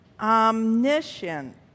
Omniscient